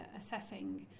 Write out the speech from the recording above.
assessing